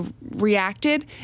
reacted